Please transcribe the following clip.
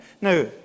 Now